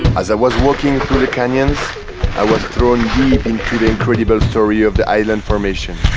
as i was walking through the canyons i was thrown deep into the incredible story of the island formation